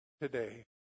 today